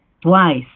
Twice